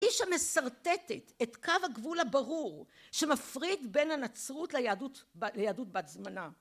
היא שמסרטטת את קו הגבול הברור שמפריד בין הנצרות ליהדות, היהדות בת זמנה